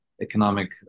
economic